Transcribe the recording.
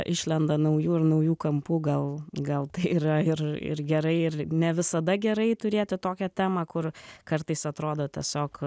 išlenda naujų ir naujų kampų gal gal tai yra ir ir gerai ir ne visada gerai turėti tokią temą kur kartais atrodo tiesiog